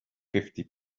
fifty